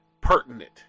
pertinent